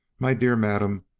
my dear madam,